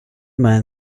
man